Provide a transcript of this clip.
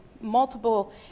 multiple